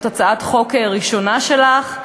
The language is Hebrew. זאת הצעת החוק הראשונה שלך,